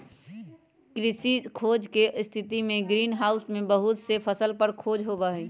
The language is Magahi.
कृषि खोज के स्थितिमें ग्रीन हाउस में बहुत से फसल पर खोज होबा हई